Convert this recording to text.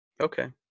Okay